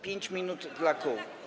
5 minut dla kół.